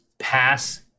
pass